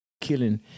killing